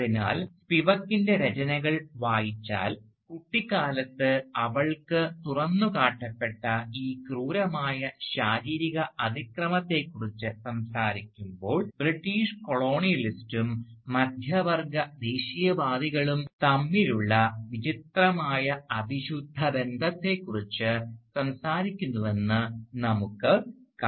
അതിനാൽ സ്പിവാക്കിൻറെ രചനകൾ വായിച്ചാൽ കുട്ടിക്കാലത്ത് അവൾക്ക് തുറന്നുകാട്ടപ്പെട്ട ഈ ക്രൂരമായ ശാരീരിക അതിക്രമത്തെക്കുറിച്ച് സംസാരിക്കുമ്പോൾ ബ്രിട്ടീഷ് കൊളോണിയലിസ്റ്റും മധ്യവർഗ ദേശീയവാദികളും തമ്മിലുള്ള വിചിത്രമായ അവിശുദ്ധ ബന്ധത്തെക്കുറിച്ച് സംസാരിക്കുന്നുവെന്ന് നമുക്ക് കാണാം